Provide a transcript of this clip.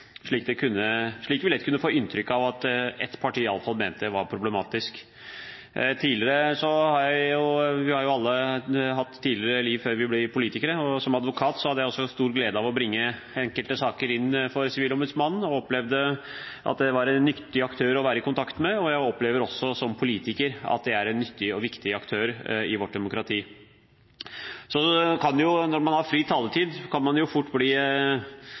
slik de gjorde, slik vi lett kunne få inntrykk av at iallfall ett parti mente var problematisk. Vi har alle hatt tidligere liv før vi ble politikere, og som advokat hadde jeg også stor glede av å bringe enkelte saker inn for Sivilombudsmannen. Jeg opplevde at det var en nyttig aktør å være i kontakt med, og jeg opplever også som politiker at det er en nyttig og viktig aktør i vårt demokrati. Når man har fri taletid, kan man fort bli